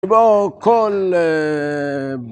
בואו כל